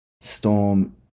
Storm